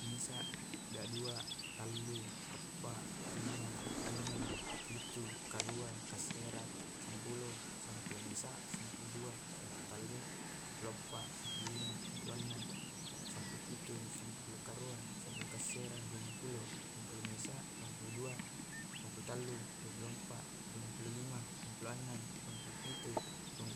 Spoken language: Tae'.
Mesa tadua talu ampat lima anem pitu karua karesa sepuluh sepuluh mesa sepuluh tadua sepuluh telu sepuluh ampat sepuluh lima sepuluh enan sepuluh pitu sepulu karua sepulukaresa duapuluh mesa duapulu tadua dupulu talu dua puluh enem dua puluh pitu dua